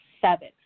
seven